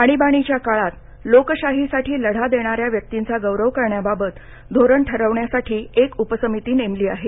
आणीबाणीच्या काळात लोकशाहीसाठी लढा देणाऱ्या व्यक्तींचा गौरव करण्याबाबत धोरण ठरवण्यासाठी एक उपसमितीची नेमली आहे